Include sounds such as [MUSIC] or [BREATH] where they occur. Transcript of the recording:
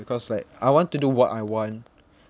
because like I want to do what I want [BREATH]